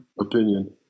opinion